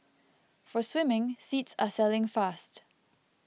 for swimming seats are selling fast